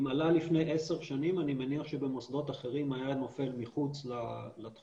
אם עלה לפני עשר שנים אני מניח שבמוסדות אחרים היה נופל מחוץ לתחום,